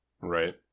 right